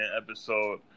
episode